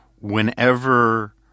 whenever